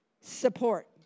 support